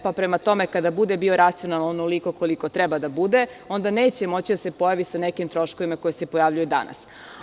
Prema tome, kada bude bio racionalan onoliko koliko treba da bude, onda neće moći da se pojavi sa nekim troškovima koji se pojavljuju danas.